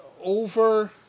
over